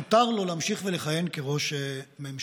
מותר לו להמשיך ולכהן כראש ממשלה.